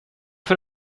för